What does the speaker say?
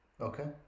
Okay